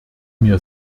mir